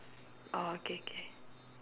orh k k